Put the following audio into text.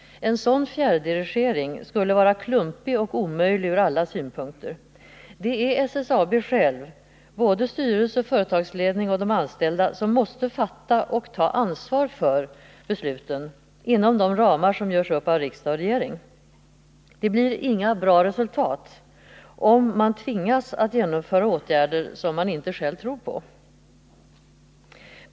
En sådan fjärrdirigering skulle vara klumpig och omöjlig ur alla synpunkter. SSAB -— det gäller såväl styrelsen och företagsledningen som de anställda där — måste självt fatta beslut och ta ansvar för besluten inom de ramar som görs upp av riksdag och regering. Det blir inga goda resultat om man tvingas genomföra åtgärder som man inte själv tror på.